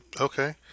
Okay